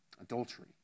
adultery